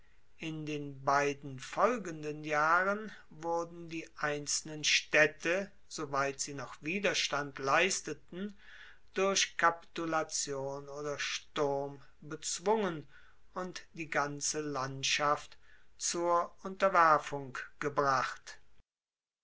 in den beiden folgenden jahren wurden die einzelnen staedte soweit sie noch widerstand leisteten durch kapitulation oder sturm bezwungen und die ganze landschaft zur unterwerfung gebracht